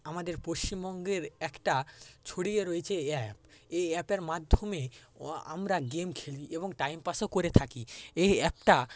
আমাদের পশ্চিমবঙ্গের একটা ছড়িয়ে রয়েছে এই অ্যাপ এই অ্যাপের মাধ্যমে আমরা গেম খেলি এবং টাইম পাসও করে থাকি এই অ্যাপটা